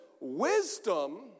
wisdom